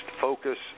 focus